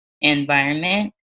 environment